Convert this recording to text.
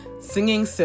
Singing